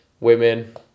women